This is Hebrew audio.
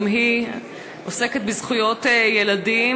גם היא עוסקת בזכויות ילדים,